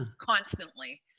constantly